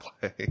play